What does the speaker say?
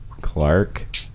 Clark